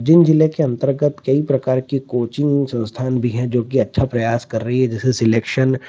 जिन जिले के अंतर्गत कई प्रकार के कोचिंग संस्थान भी हैं जो कि अच्छा प्रयास कर रही है जैसे सिलेक्शन